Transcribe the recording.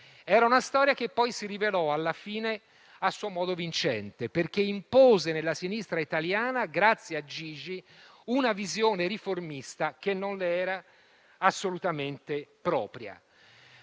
Era una storia che si rivelò, alla fine, a suo modo vincente, perché impose nella sinistra italiana, grazie a Gigi, una visione riformista che non le era assolutamente propria.